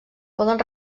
poden